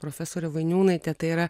profesorė vainiūnaitė tai yra